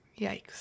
yikes